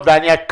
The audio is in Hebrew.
והשנייה?